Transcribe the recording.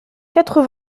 quatre